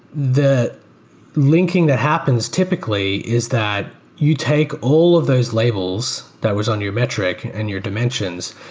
the linking that happens typically is that you take all of those labels that was on your metric and your dimensions,